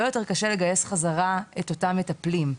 יותר קשה לגייס חזרה את אותם מטפלים,